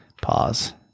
Pause